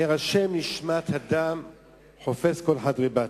נר ה' נשמת אדם חופש כל חדרי בטן.